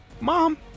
Mom